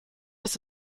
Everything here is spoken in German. ist